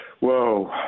Whoa